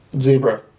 zebra